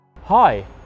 Hi